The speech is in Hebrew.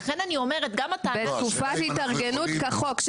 בתקופת התארגנות כחוק.